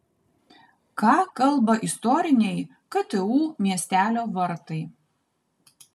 ką kalba istoriniai ktu miestelio vartai